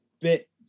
bit